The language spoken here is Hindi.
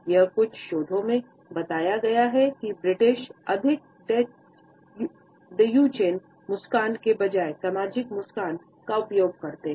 यह कुछ शोधों में बताया गया है कि ब्रिटिश अधिक ड्यूचेन मुस्कान के बजाय सामाजिक मुस्कान का उपयोग करते हैं